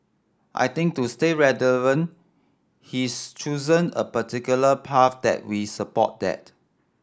I think to stay relevant he's chosen a particular path that we support that